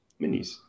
minis